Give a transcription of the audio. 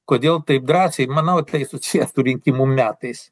kodėl taip drąsiai manau tai susiję su rinkimų metais